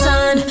Sun